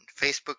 Facebook